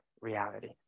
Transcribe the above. reality